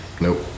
Nope